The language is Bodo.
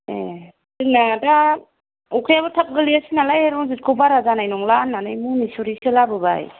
ए जोंना दा आखायाबो थाब गोलैयासै नालाय रनजिथखौ बारा जानाय नंला होननानै मनिसुरि सो लाबोबाय